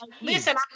listen